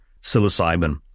psilocybin